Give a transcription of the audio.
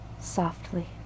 softly